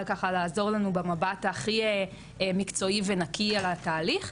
לעזור לנו במבט הכי מקצועי ונקי על התהליך,